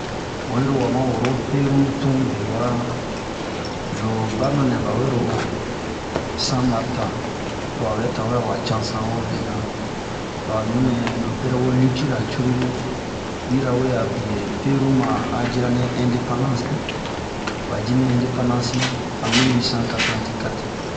Oyilo wa ma woro peru tun bewa, lo banu nɛ ba wero sanmartɛn, towabɛ tawɛ awa cansan hobena. Lo a nunɛ ro berɛ wo litira cururu, yirawe a bie peru ma yira mi ɛndepandansi.aba yi mi ɛndepandansi an miliwitesan katerevɛnti kate.